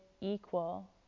equal